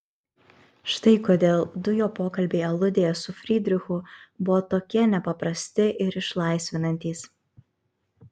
štai kodėl du jo pokalbiai aludėje su frydrichu buvo tokie nepaprasti ir išlaisvinantys